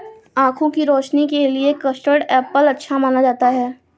आँखों की रोशनी के लिए भी कस्टर्ड एप्पल अच्छा माना जाता है